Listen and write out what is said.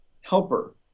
helper